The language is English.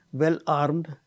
well-armed